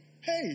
Hey